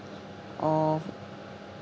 or